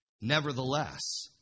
Nevertheless